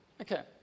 Okay